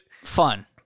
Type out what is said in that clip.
fun